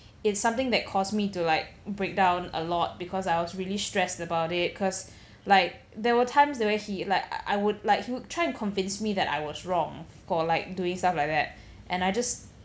it's something that caused me to like break down a lot because I was really stressed about it cause like there were times the way he like I I would like he would try to convince me that I was wrong for like doing stuff like that and I just